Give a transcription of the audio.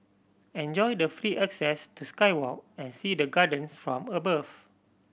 enjoy the free access to sky walk and see the gardens from above